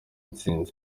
ntsinzi